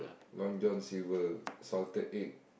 Long-John-Silver salted egg